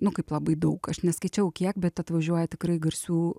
nu kaip labai daug aš neskaičiavau kiek bet atvažiuoja tikrai garsių